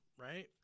Right